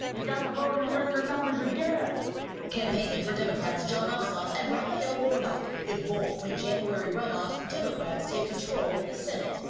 ah got to vote in record numbers again. reporter campaigning for democrats jon ossoff and raphael warnock. if both win january runoffs, democrats take control of the senate.